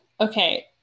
Okay